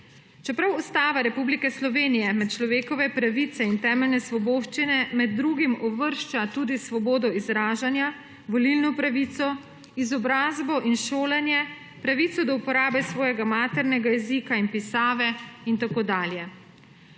Čeprav Ustava Republike Slovenije med človekove pravice in temeljne svoboščine med drugim uvršča tudi svobodo izražanja, volilno pravico, izobrazbo in šolanje, pravico do uporabe svojega maternega jezika in pisave in tako dalje.